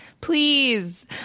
Please